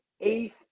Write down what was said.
eighth